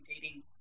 dating